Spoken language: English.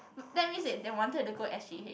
that means that they wanted to go s_g_h